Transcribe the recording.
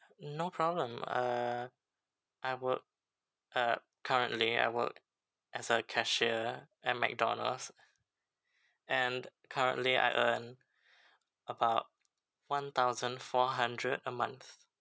no problem uh I work uh currently I work as a cashier at mcdonalds and currently I earn about one thousand four hundred a month